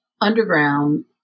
Underground